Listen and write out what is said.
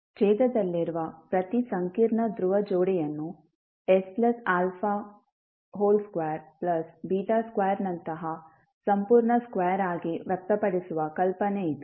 ಛೇದದಲ್ಲಿರುವ ಪ್ರತಿ ಸಂಕೀರ್ಣ ಧ್ರುವ ಜೋಡಿಯನ್ನು s α2 β2 ನಂತಹ ಸಂಪೂರ್ಣ ಸ್ಕ್ವೇರ್ ಆಗಿ ವ್ಯಕ್ತಪಡಿಸುವ ಕಲ್ಪನೆ ಇದು